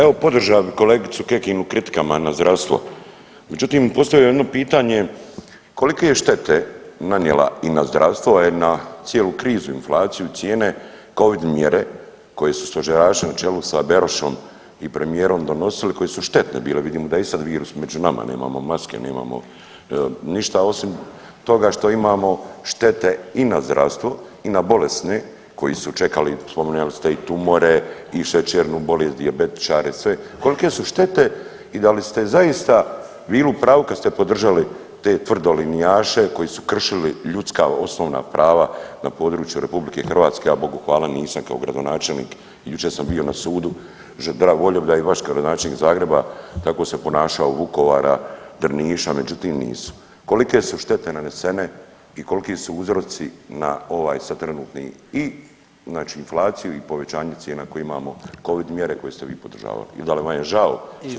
Evo podržao bi kolegicu Kekin u kritikama na zdravstvo, međutim postavio bi jedno pitanje, kolike je štete nanijela i na zdravstvo i na cijelu krizu inflaciju cijene covid mjere koje su stožeraši na čelu sa Berošom i premijerom donosili koje su štetne bili, vidimo da je i sad virus među nama, nemamo maske, nemamo ništa osim toga što imamo štete i na zdravstvo i na bolesne koji su čekali, spominjali ste i tumore i šećernu bolest i dijabetičare i sve, kolike su štete i da li ste zaista bili u pravu kad ste podržali te tvrdolinijaše koji su kršili ljudska osnovna prava na području RH, a Bogu hvala nisam kao gradonačelnik, jučer sam bio na sudu, volio bi da i vaš gradonačelnik Zagreba tako se ponašao u Vukovara, Drniša, međutim nisu, kolike su štete nanesene i kolki su uzroci na ovaj sad trenutni i znači inflaciju i povećanje cijena koje imamo, covid mjere koje ste vi podržavali i da li vam je žao što ste podržavali?